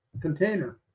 container